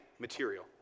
material